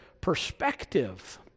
perspective